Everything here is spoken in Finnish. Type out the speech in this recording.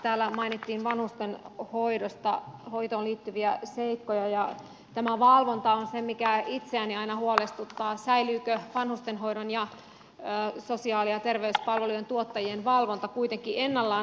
täällä mainittiin vanhustenhoitoon liittyviä seikkoja ja tämä valvonta on se mikä itseäni aina huolestuttaa säilyykö vanhustenhoidon ja sosiaali ja terveyspalvelujen tuottajien valvonta kuitenkin ennallaan